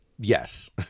yes